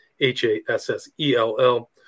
H-A-S-S-E-L-L